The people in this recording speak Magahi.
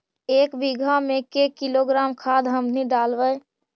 एक बीघा मे के किलोग्राम खाद हमनि डालबाय?